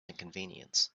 inconvenience